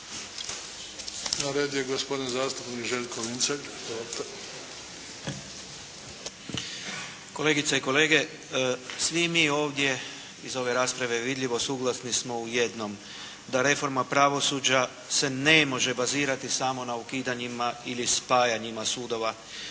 Vincelj. Izvolite. **Vincelj, Željko (HNS)** Kolegice i kolege, svi mi ovdje, iz ove rasprave vidljivo suglasni smo u jednom, da reforma pravosuđa se ne može bazirati samo na ukidanjima ili spajanjima sudova,